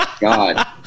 god